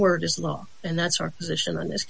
word is law and that's our position on this